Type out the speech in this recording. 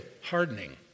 hardening